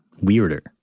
weirder